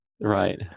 right